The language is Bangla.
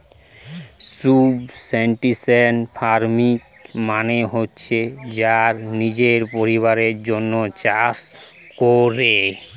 সুবসিস্টেন্স ফার্মিং মানে হচ্ছে যারা নিজের পরিবারের জন্যে চাষ কোরে